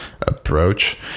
approach